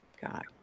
Got